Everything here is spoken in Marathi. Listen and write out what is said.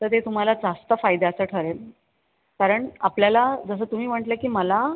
तर ते तुम्हाला जास्त फायद्याचं ठरेल कारण आपल्याला जसं तुम्ही म्हटले की मला